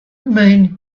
mean